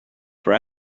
for